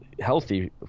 healthy